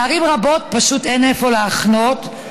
בערים רבות פשוט אין איפה להחנות,